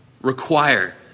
require